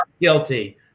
guilty